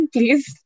Please